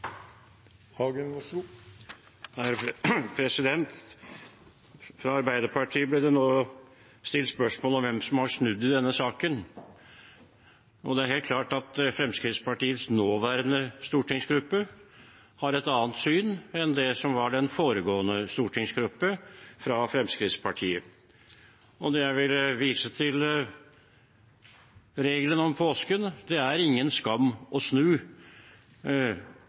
denne saken. Det er helt klart at Fremskrittspartiets nåværende stortingsgruppe har et annet syn enn det som var den foregående stortingsgruppe fra Fremskrittspartiet. Og der vil jeg vise til påskeregelen: Det er ingen skam å snu, når man gjør det. Men det er en skam å snu